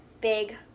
big